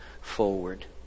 forward